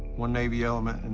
one navy element, and